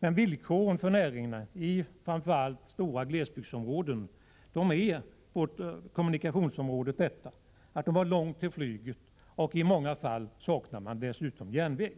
Villkoren på kommunikationsområdet för näringarna i framför allt stora glesbygdsområden är att man har långt till flyget, och i många fall saknar man dessutom järnväg.